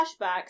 flashbacks